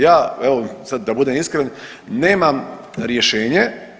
Ja evo sad da budem iskren nemam rješenje.